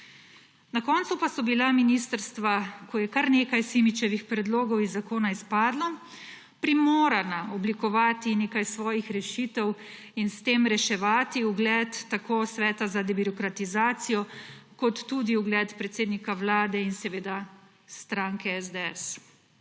Na koncu pa so bila ministrstva, ko je kar nekaj Simičevih predlogov iz zakona izpadlo, primorana oblikovati nekaj svojih rešitev in s tem reševati ugled tako Sveta za debirokratizacijo kot tudi ugled predsednika Vlade in seveda stranke SDS.